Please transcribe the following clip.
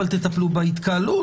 אבל תטפלו בהתקהלות.